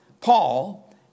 Paul